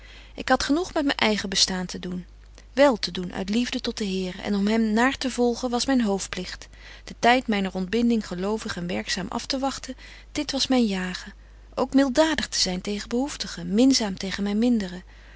ik had genoeg met myn eigen bestaan te doen wél te doen uit liefde tot den here en om hem naartevolgen was myn hoofdpligt den tyd myner ontbinding gelovig en werkzaam aftewagten dit was myn jagen ook miltdadig te zyn tegen behoeftigen minzaam tegen myn minderen